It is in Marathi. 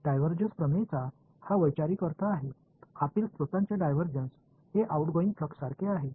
डायव्हर्जन्स प्रमेयचा हा वैचारिक अर्थ आहे आतील स्त्रोतांचे डायव्हर्जन्स हे आउटगोइंग फ्लक्ससारखे आहे